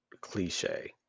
cliche